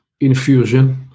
infusion